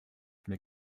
from